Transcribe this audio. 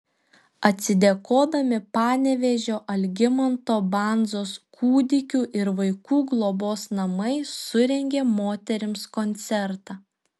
atsidėkodami panevėžio algimanto bandzos kūdikių ir vaikų globos namai surengė moterims koncertą